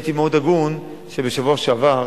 הייתי מאוד הגון, ובשבוע שעבר